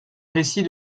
récit